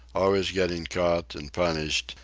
always getting caught and punished,